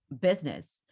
business